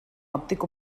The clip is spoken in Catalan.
òptic